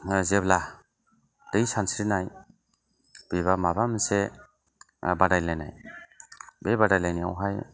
जेब्ला दै सानस्रिनाय एबा माबा मोनसे बादायलायनाय बे बादायलायनायावहाय